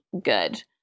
good